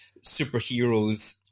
superheroes